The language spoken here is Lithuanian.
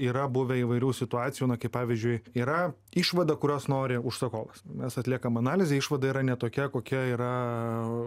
yra buvę įvairių situacijų na kai pavyzdžiui yra išvada kurios nori užsakovas mes atliekame analizę išvada yra ne tokia kokia yra